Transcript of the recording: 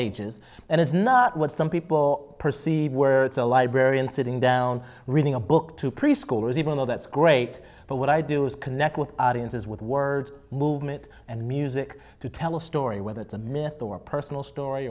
ages and it's not what some people perceive where it's a librarian sitting down reading a book to preschoolers even though that's great but what i do is connect with audiences with words movement and music to tell a story whether it's a myth or a personal story